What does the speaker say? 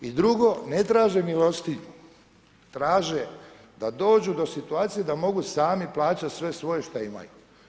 I drugo, ne traže milostinju, traže da dođu do situacije da mogu sami plaćati sve svoje što imaju.